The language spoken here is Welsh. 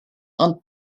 ond